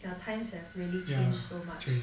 yeah times have really changed so much